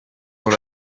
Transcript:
dans